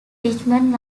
richmond